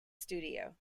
studio